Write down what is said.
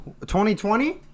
2020